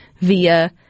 via